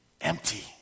empty